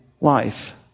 life